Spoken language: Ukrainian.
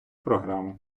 програму